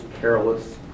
careless